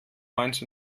mainz